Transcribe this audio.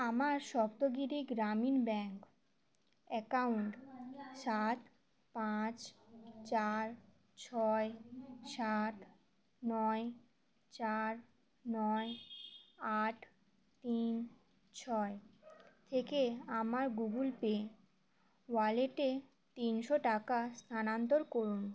আমার Saptagiri Grameena bank account সাত পাঁচ চার ছয় সাত নয় চার নয় আট তিন ছয় থেকে আমার গুগল পে ওয়ালেটে তিনশো টাকা স্থানান্তর করুন